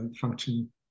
function